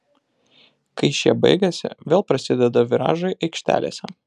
kai šie baigiasi vėl prasideda viražai aikštelėse